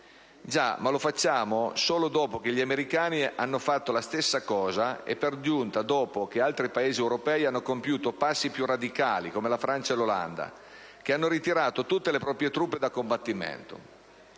Lo facciamo però solo dopo che gli americani hanno fatto la stessa cosa, e per giunta dopo che altri Paesi europei hanno compiuto passi più radicali, come la Francia e l'Olanda, che hanno ritirato tutte le proprie truppe da combattimento.